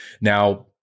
Now